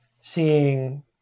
seeing